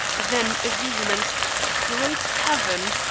then a vehement great heaven!